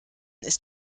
ist